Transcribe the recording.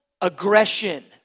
aggression